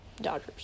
Dodgers